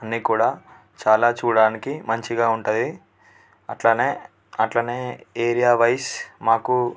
అన్నీ కూడా చాలా చూడడానికి మంచిగా ఉంటుంది అట్లనే అట్లనే ఏరియావైస్ మాకు